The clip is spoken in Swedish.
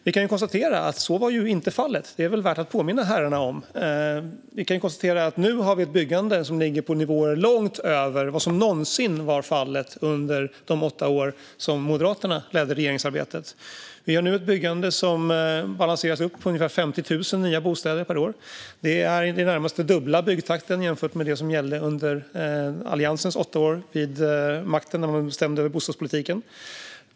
Vi kan konstatera att så inte var fallet. Det är värt att påminna herrarna om. Vi kan konstatera att vi nu har ett byggande som ligger på nivåer långt över vad som någonsin var fallet under de åtta år som Moderaterna ledde regeringsarbetet. Vi har nu ett byggande som balanseras upp på ungefär 50 000 nya bostäder per år. Det är i det närmaste den dubbla byggtakten jämfört med det som gällde under Alliansens åtta år vid makten när man bestämde över bostadspolitiken.